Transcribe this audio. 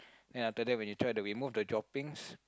then after that when you try to remove the droppings